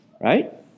Right